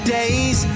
days